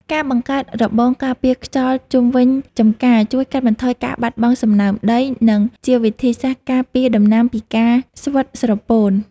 ការបង្កើតរបងការពារខ្យល់ជុំវិញចម្ការជួយកាត់បន្ថយការបាត់បង់សំណើមដី និងជាវិធីសាស្ត្រការពារដំណាំពីការស្វិតស្រពោន។